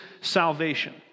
salvation